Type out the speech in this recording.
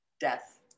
death